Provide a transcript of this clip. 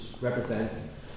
represents